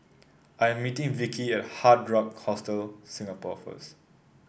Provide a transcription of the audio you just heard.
I am meeting Vicki at Hard Rock Hostel Singapore first